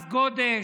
מס גודש,